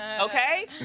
okay